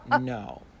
no